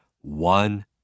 one